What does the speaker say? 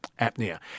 apnea